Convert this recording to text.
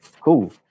cool